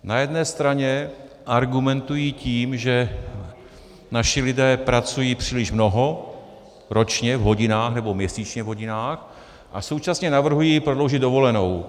Na jedné straně argumentují tím, že naši lidé pracují příliš mnoho ročně v hodinách nebo měsíčně v hodinách, a současně navrhují prodloužit dovolenou.